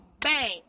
bang